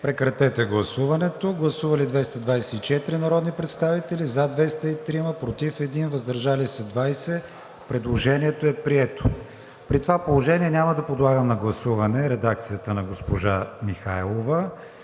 Прегласуване. Гласували 224 народни представители: за 203, против 1, въздържали се 20. Предложението е прието. При това положение няма да подлагам на гласуване редакцията на госпожа Михайлова